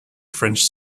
french